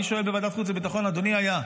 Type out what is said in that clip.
אני שואל בוועדת החוץ הביטחון, אדוני היה,